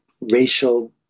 racial